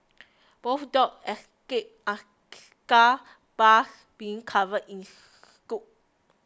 both dogs escaped unscathed bars being covered in soot